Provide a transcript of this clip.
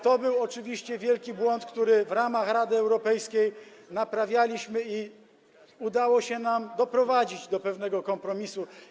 To był oczywiście wielki błąd, który ramach Rady Europejskiej naprawialiśmy i udało się nam doprowadzić do pewnego kompromisu.